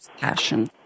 passion